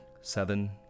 seven